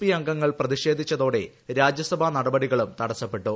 P അംഗങ്ങൾ പ്രതിഷേധിച്ചതോടെ രാജ്യസഭാ നടപടികളും തടസ്സപ്പെട്ടു